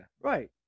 Right